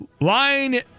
Line